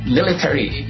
military